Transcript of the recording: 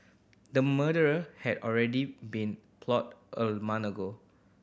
the murder had already been plotted a month ago